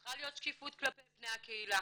צריכה להיות שקיפות כלפי בני הקהילה,